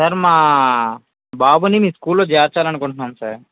sir మా బాబుని మీ స్కూల్లో చేర్చాలి అనుకుంటున్నాను సార్